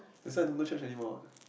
that's why I don't go church anymore